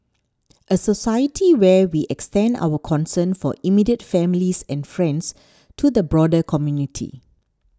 a society where we extend our concern for immediate families and friends to the broader community